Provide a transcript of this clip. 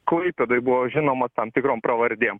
klaipėdoj buvo žinomas tam tikrom pravardėm